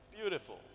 Beautiful